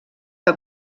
que